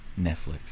netflix